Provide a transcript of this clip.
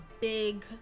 big